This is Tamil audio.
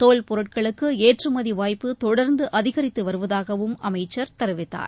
தோல் பொருட்களுக்கு ஏற்றுமதி வாய்ப்பு தொடர்ந்து அதிகரித்து வருவதாகவும் அமைச்சர் தெரிவித்தார்